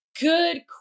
Good